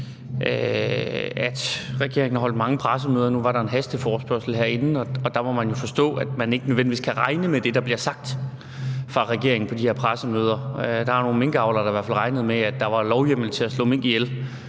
at regeringen har holdt mange pressemøder. Nu var der en hasteforespørgsel lidt tidligere, og der måtte man jo forstå, at man ikke nødvendigvis kan regne med det, der bliver sagt fra regeringens side på de her pressemøder. Der er i hvert fald nogle minkavlere, der regnede med, at der var lovhjemmel til at slå mink ihjel